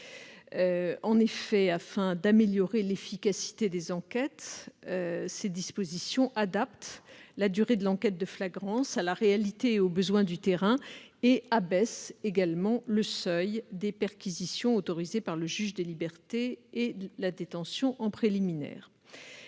En effet, afin d'améliorer l'efficacité des enquêtes, les dispositions de l'article 32 adaptent la durée de l'enquête de flagrance à la réalité et aux besoins du terrain, et elles abaissent le seuil des perquisitions autorisées par le juge des libertés et de la détention dans le cadre